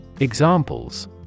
Examples